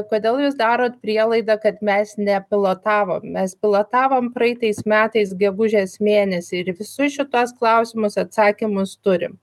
kodėl jūs darot prielaidą kad mes ne pilotavom mes pilotavom praeitais metais gegužės mėnesį ir į visus šituos klausimus atsakymus turim